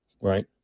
right